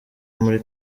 muri